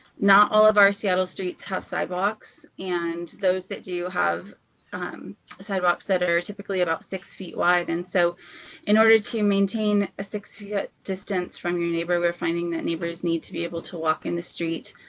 not all of our seattle streets have sidewalks, and those that do, have um sidewalks that are typically about six feet wide, and so in order to maintain a six feet yeah distance from your neighbor, we are finding that neighbors need to be able to walk in the street.